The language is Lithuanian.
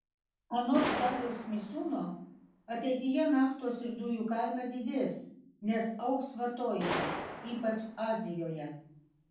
anot daliaus misiūno ateityje naftos ir dujų kaina didės nes augs vartojimas ypač azijoje